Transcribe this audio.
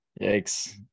Yikes